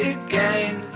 again